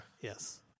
yes